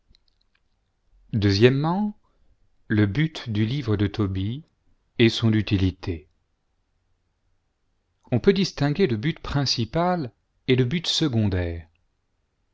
le but du livre de tobie et son utilité on peut distinguer le but principal et le but secondaire